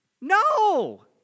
No